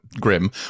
grim